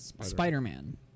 Spider-Man